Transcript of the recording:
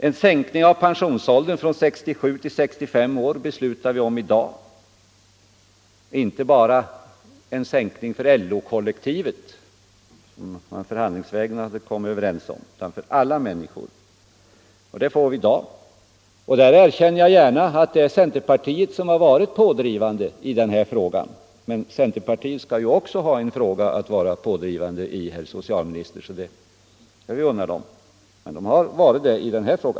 En sänkning av pensionsåldern från 67 till 65 år kommer riksdagen att besluta om i dag, inte en sänkning bara för LO-kollektivet, som man förhandlingsvägen har kommit överens om, utan för alla människor. Jag erkänner gärna att centerpartiet har varit pådrivande i denna fråga. Men även centerpartisterna skall ju ha en fråga att vara pådrivande i, herr socialminister, så det skall vi unna dem.